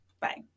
Bye